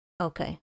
Okay